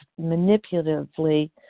manipulatively